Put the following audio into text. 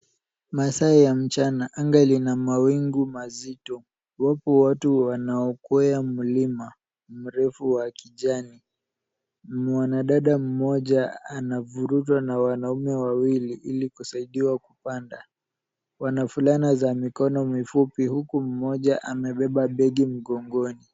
Masaa ya mchana anga lina mawingu mazito. Wapo watu wanaokwea mlima mrefu wa kijani. Mwanadada mmoja anavurutwa na wanaume wawili ili kusaidiwa kupanda. Wana fulana za mikono mifupi huku mmoja amebeba begi mgongoni.